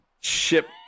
Ship